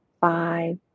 five